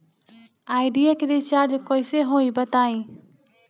Idea के recharge कइसे होई बताईं?